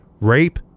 rape